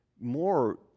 more